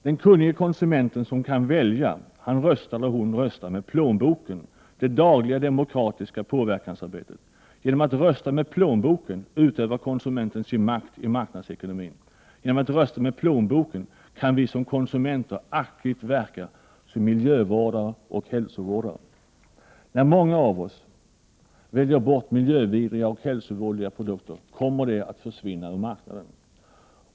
Den kunnige konsumenten som kan välja röstar med plånboken — det dagliga demokratiska påverkansarbetet. Genom att rösta med plånboken utövar konsumenten sin makt i marknadsekonomin. Genom att rösta med plånboken kan vi som konsumenter aktivt verka som miljövårdare och hälsovårdare. När många av oss väljer bort miljövidriga och hälsovådliga produkter kommer de att försvinna ur marknaden.